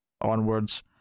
onwards